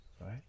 right